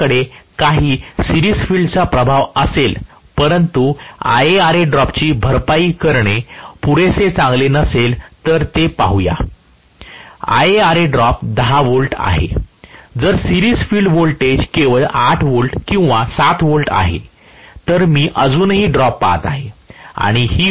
जर माझ्याकडे काही सिरिज फील्डचा प्रभाव असेल परंतु IaRa ड्रॉपची भरपाई करणे पुरेसे चांगले नसेल तर ते पाहूया IaRa ड्रॉप 10 V आहे तर सिरिज फील्ड व्होल्टेज केवळ 8 V किंवा 7 V आहे तर मी अजूनही ड्रॉप पाहत आहे